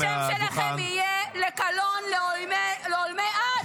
והשם שלכם יהיה לקלון לעולמי עד.